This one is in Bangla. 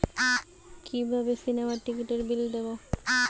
কিভাবে সিনেমার টিকিটের বিল দেবো?